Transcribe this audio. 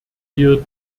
wir